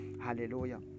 Hallelujah